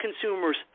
consumers